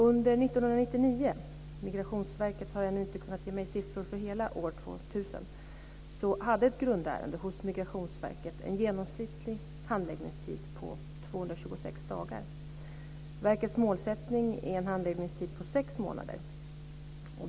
Under 1999 - Migrationsverket har ännu inte kunnat ge mig siffror för hela år 2000 - hade ett grundärende hos Migrationsverket en genomsnittlig handläggningstid på 226 dagar. Verkets målsättning är en handläggningstid på sex månader.